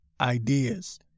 ideas